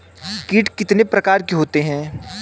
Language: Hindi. कीट कितने प्रकार के होते हैं?